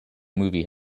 movie